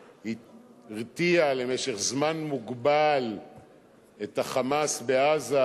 הרתיעה למשך זמן מוגבל את ה"חמאס" בעזה,